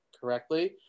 correctly